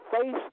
face